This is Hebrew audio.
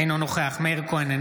אינו נוכח מאיר כהן,